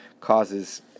causes